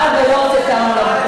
מעל במת הכנסת.